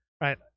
right